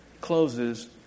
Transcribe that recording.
closes